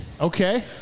Okay